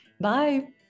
Bye